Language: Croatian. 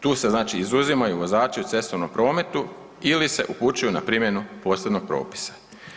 Tu se znači izuzimaju vozači u cestovnom prometu ili se upućuju na primjenu posebnog propisa.